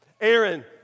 Aaron